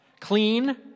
clean